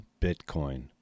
bitcoin